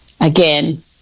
again